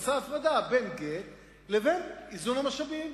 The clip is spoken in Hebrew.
שעשה הפרדה בין גט לבין איזון המשאבים.